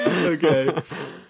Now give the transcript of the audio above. Okay